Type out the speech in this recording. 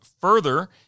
further